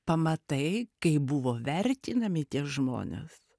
pamatai kaip buvo vertinami tie žmonės